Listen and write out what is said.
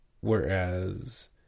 whereas